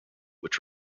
which